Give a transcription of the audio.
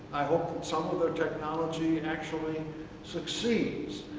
i hope that some of the technology and actually succeeds.